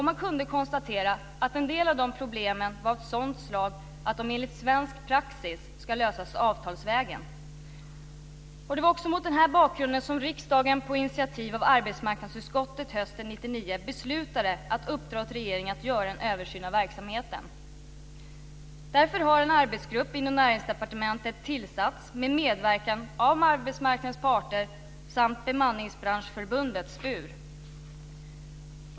Man kunde konstatera att en del av de problemen är av sådant slag att de enligt svensk praxis ska lösas avtalsvägen. Det var också mot den bakgrunden som riksdagen, på initiativ av arbetsmarknadsutskottet, hösten 1999 beslutade att uppdra åt regeringen att göra en översyn av verksamheten. Därför har en arbetsgrupp inom Näringsdepartementet tillsatts med medverkan av arbetsmarknadens parter samt bemanningsbranschförbundet SPUR.